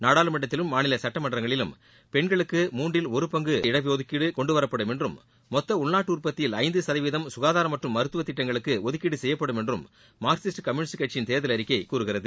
நாடாளுமன்றத்திலும் மாநில சட்ட மன்றங்களிலும் பெண்களுக்கு மூன்றில் ஒரு பங்கு இடஒதுக்கீடு கொண்டுவரப்படும் என்றும் மொத்த உள்நாட்டு உற்பத்தியில் ஐந்து சதவீதம் சுகாதாரம் மற்றும் மருத்துவ திட்டங்களுக்கு ஒதுக்கீடு செய்யப்படும் என்றும் மார்க்சிஸ்ட் கம்யூனிஸ்ட் கட்சியின் தேர்தல் அறிக்கை கூறுகிறது